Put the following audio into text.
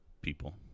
people